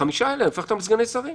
את החמישה האלה אני הופך לסגני שרים,